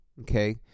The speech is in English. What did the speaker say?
okay